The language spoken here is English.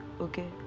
okay